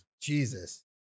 Jesus